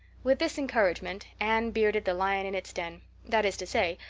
with this encouragement anne bearded the lion in its den that is to say,